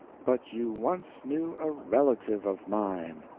but you once knew a relative of mine,